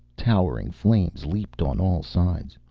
towering flames leaped on all sides.